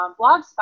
Blogspot